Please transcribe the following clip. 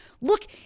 Look